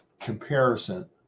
comparison